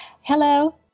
Hello